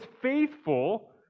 faithful